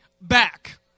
back